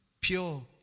pure